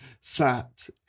sat